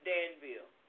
Danville